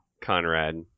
Conrad